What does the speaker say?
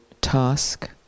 task